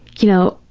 you know,